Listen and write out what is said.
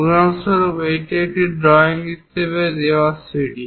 উদাহরণস্বরূপ এটি একটি ড্রয়িং হিসাবে দেওয়া সিঁড়ি